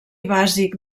bàsic